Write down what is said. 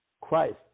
Christ